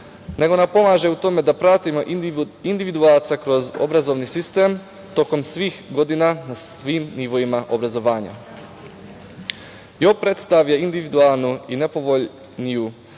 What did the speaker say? nego nam pomaže u tome da pratimo individualca kroz obrazovni sistem tokom svih godina na svim nivoima obrazovanja. JOB predstavlja individualnu i najpovoljniju